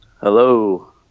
Hello